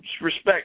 respect